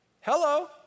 Hello